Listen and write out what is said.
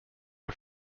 are